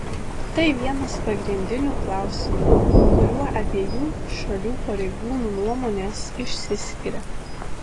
tai vienas pagrindinių klausimų kuriuo abiejų šalių pareigūnų nuomonės išsiskiria